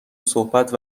صحبت